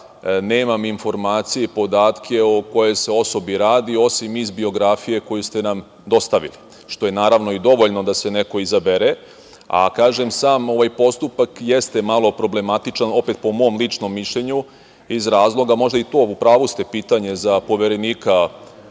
nemam informacije i podatke o kojoj se osobi radi, osim iz biografije koju ste nam dostavili, što je, naravno, i dovoljno da se neko izabere. Kažem, sam ovaj postupak jeste malo problematičan, opet po mom ličnom mišljenju. Možda je to, u pravu ste, pitanje za Poverenika